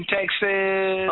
Texas